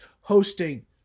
hosting